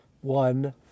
one